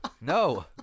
no